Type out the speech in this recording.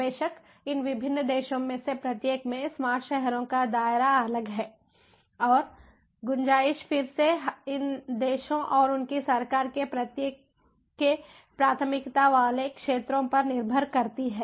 बेशक इन विभिन्न देशों में से प्रत्येक में स्मार्ट शहरों का दायरा अलग है और गुंजाइश फिर से इन देशों और उनकी सरकार के प्रत्येक के प्राथमिकता वाले क्षेत्रों पर निर्भर करती है